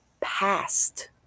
past